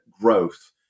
growth